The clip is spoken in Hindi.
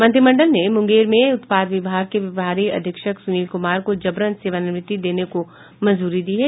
मंत्रिमंडल ने मुंगेर में उत्पाद विभाग के प्रभारी अधीक्षक सुनील कुमार को जबरन सेवानिवृति देने को मंजूरी दी है